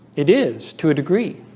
it is to a degree,